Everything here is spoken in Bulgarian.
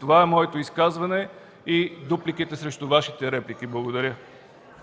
Това е моето изказване и дупликите срещу Вашите реплики. Благодаря.